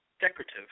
decorative